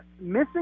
missing